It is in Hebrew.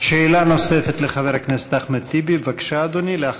שאלה נוספת לחבר הכנסת טיבי, בבקשה, אדוני.